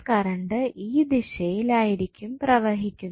current ഈ ദിശയിലായിരിക്കും പ്രവഹിക്കുന്നത്